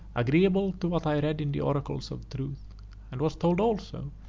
agreeable to what i read in the oracles of truth and was told also,